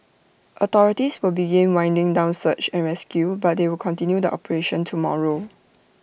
authorities will begin winding down search and rescue but they will continue the operation tomorrow